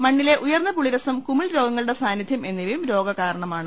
മണ്ണിലെ ഉയർന്ന പുളിരസം കുമിൾ രോഗങ്ങളുടെ സാന്നിധ്യം എന്നിവയും രോഗകാർണമാണ്